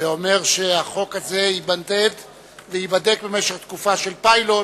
ואומר שהחוק הזה יימדד וייבדק במשך תקופה של פיילוט,